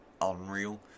unreal